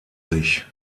sich